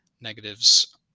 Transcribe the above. negatives